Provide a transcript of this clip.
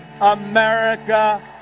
America